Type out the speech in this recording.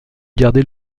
garder